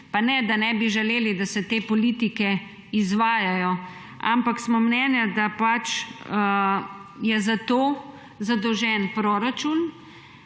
Pa ne, da ne bi želeli, da se te politike izvajajo, ampak smo mnenja, da pač je za to zadolžen proračuna,